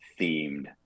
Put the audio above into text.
themed